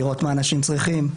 לראות מה אנשים צריכים,